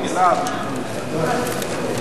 גלעד,